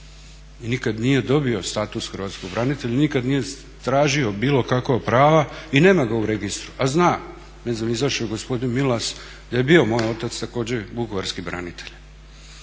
i nikad nije dobio status hrvatskog branitelja, nikad nije tražio bilo kakva prava i nema ga u registru. A zna, ne znam izašao je gospodin Milas, da je bio moj otac također vukovarski branitelj.